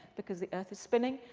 because the earth is spinning.